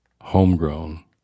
homegrown